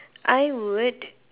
I would